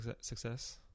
success